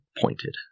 pointed